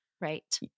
Right